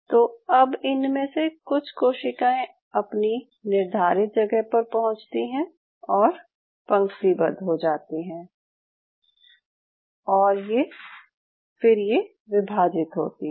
तो अब इनमें से कुछ कोशिकाएं अपनी निर्धारित जगह पर पहुँचती हैं और पंक्तिबद्ध हो जाती हैं और फिर ये विभाजित होती हैं